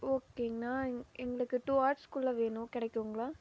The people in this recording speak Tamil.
ஓகேங்கண்ணா எங்களுக்கு டூ ஹவர்ஸ் குள்ளே வேணும் கிடைக்குங்களா